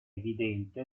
evidente